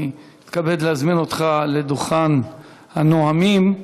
אני מתכבד להזמין אותך לדוכן הנואמים.